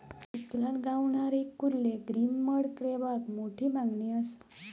चिखलात गावणारे कुर्ले ग्रीन मड क्रॅबाक मोठी मागणी असा